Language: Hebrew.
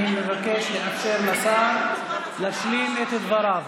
אני מבקש לאפשר לשר להשלים את דבריו.